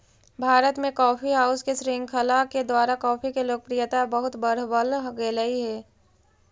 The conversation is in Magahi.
भारत में कॉफी हाउस के श्रृंखला के द्वारा कॉफी के लोकप्रियता बहुत बढ़बल गेलई हे